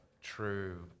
true